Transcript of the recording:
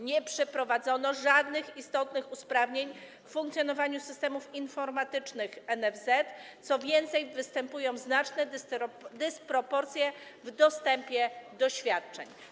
Nie wprowadzono żadnych istotnych usprawnień w funkcjonowaniu systemów informatycznych NFZ, co więcej, występują znaczne dysproporcje w dostępie do świadczeń.